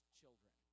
children